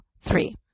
three